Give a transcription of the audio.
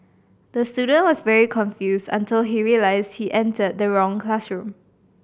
the student was very confused until he realised he entered the wrong classroom